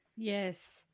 Yes